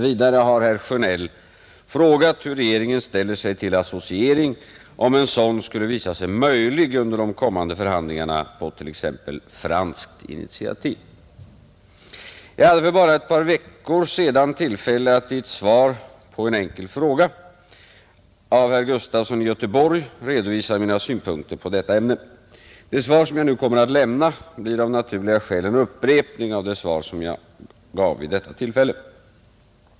Vidare har herr Sjönell frågat hur regeringen ställer sig till associering om en sådan skulle visa sig möjlig under de kommande förhandlingarna på t.ex. franskt initiativ. Jag hade för bara ett par veckor sedan tillfälle att i ett svar på en enkel fråga av herr Gustafson i Göteborg redovisa mina synpunkter på detta ämne, Det svar som jag nu kommer att lämna blir av naturliga skäl en upprepning av det svar som jag avgav vid detta tillfälle.